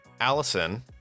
Allison